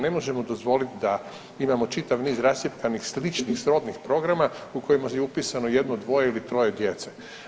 Ne možemo dozvolit da imamo čitav niz rascjepkanih sličnih srodnih programa u kojima je upisano jedno, dvoje ili troje djece.